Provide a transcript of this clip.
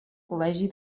col·legi